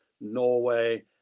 Norway